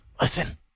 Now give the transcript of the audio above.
Listen